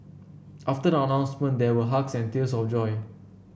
after the announcement there were hugs and tears of joy